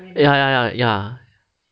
ya ya ya ya